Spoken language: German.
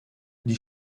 die